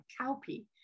cowpea